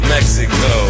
Mexico